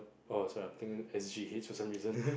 oh sorry I'm think S_G_H for some reason